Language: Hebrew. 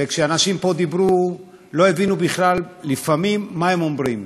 וכשאנשים פה דיברו, לא הבינו לפעמים מה הם אומרים.